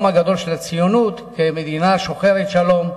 הגדול של הציונות כמדינה שוחרת שלום,